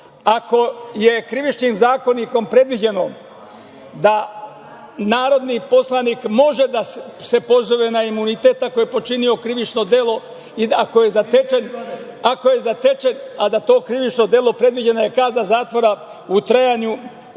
ako je Krivičnim zakonikom predviđeno da narodni poslanik može da se pozove na imunitet, ako je počinio krivično delo, ako je zatečen, a za to krivično delo predviđena je kazna zatvora u trajanju do pet